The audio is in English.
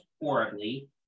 horribly